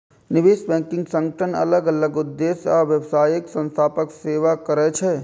निवेश बैंकिंग संगठन अलग अलग उद्देश्य आ व्यावसायिक संस्थाक सेवा करै छै